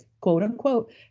quote-unquote